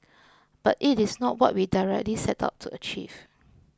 but it is not what we directly set out to achieve